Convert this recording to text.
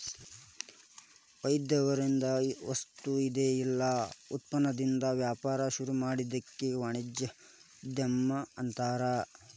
ಒಂದ್ಯಾವ್ದರ ವಸ್ತುಇಂದಾ ಇಲ್ಲಾ ಉತ್ಪನ್ನದಿಂದಾ ವ್ಯಾಪಾರ ಶುರುಮಾಡೊದಕ್ಕ ವಾಣಿಜ್ಯೊದ್ಯಮ ಅನ್ತಾರ